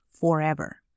forever